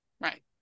Right